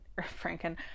Franken